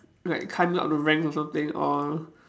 like climb up the rank or something or